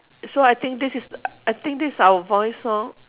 so I think this is I think this is our voice lor